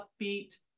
upbeat